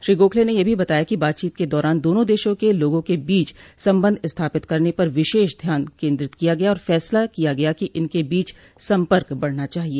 श्री गोखले ने यह भी बताया कि बातचीत के दौरान दोनों देशों के लोगों के बीच संबंध स्थापित करने पर विशेष ध्यान केन्द्रित किया गया और फैसला किया गया कि इनके बीच संपर्क बढ़ना चाहिए